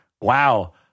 Wow